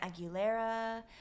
Aguilera